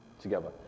together